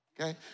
okay